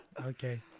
Okay